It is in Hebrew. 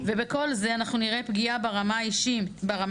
ובכל זה אנחנו נראה פגיעה ברמה האישית